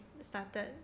started